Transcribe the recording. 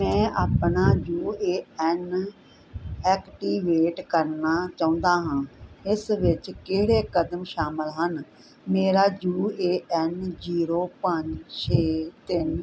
ਮੈਂ ਆਪਣਾ U A N activate ਕਰਨਾ ਚਾਹੁੰਦਾ ਹਾਂ ਇਸ ਵਿੱਚ ਕਿਹੜੇ ਕਦਮ ਸ਼ਾਮਲ ਹਨ ਮੇਰਾ ਯੂ ਏ ਐੱਨ ਜੀਰੋ ਪੰਜ ਛੇ ਤਿੰਨ